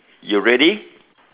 you ready